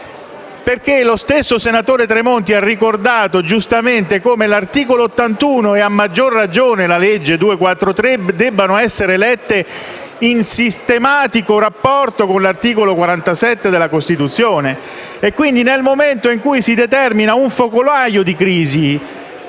lo stesso senatore Tremonti ha ricordato giustamente come l'articolo 81 della Costituzione e, a maggior ragione, la legge n. 243 del 2012, debbano essere letti in sistematico rapporto con l'articolo 47 della Costituzione. E quindi, nel momento in cui si determina un focolaio di crisi,